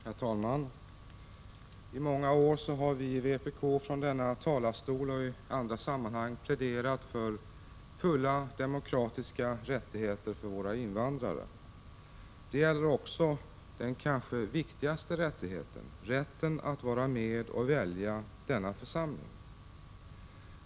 Herr talman! Under många år har vi från vpk i kammaren och i andra sammanhang pläderat för fullständiga demokratiska rättigheter för våra invandrare. Detta gäller också den kanske viktigaste rättigheten, nämligen rätten att vara med och välja denna församling.